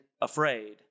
afraid